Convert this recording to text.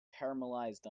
caramelized